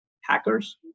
hackers